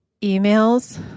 emails